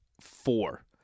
four